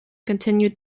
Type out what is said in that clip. continued